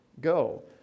go